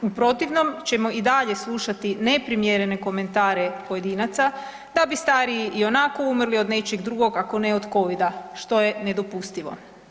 U protivnom ćemo i dalje slušati neprimjerene komentare pojedinaca da bi stariji ionako umrli od nečeg drugog ako ne od Covid-a što je nedopustivo.